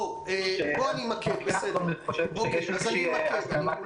אני אומרת לך ברצינות.